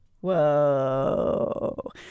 Whoa